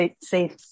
safe